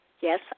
Yes